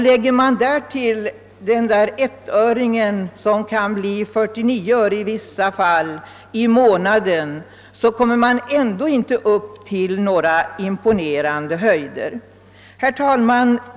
Lägger man därtill den där avrundningen uppåt, som i vissa fall kan bli 49 öre i månaden, kommer man ändå inte upp till några imponerande höjder. Herr talman!